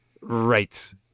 Right